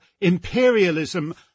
imperialism